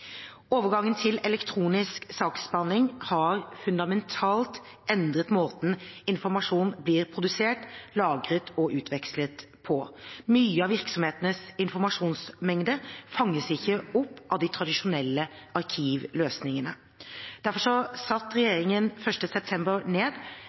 Overgangen til elektronisk saksbehandling har fundamentalt endret måten informasjon blir produsert, lagret og utvekslet på. Mye av virksomhetenes informasjonsmengde fanges ikke opp av de tradisjonelle arkivløsningene. Derfor satte